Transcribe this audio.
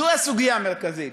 זו הסוגיה המרכזית,